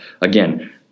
again